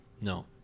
No